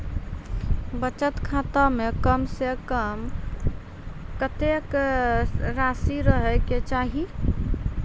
बचत खाता म कम से कम कत्तेक रासि रहे के चाहि?